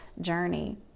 journey